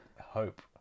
hope